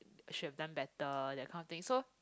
I should have done better that kind of thing so